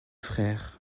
frères